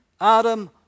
Adam